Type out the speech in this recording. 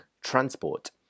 transport